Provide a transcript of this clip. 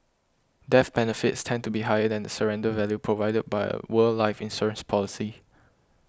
death benefits tend to be higher than the surrender value provided by a world life insurance policy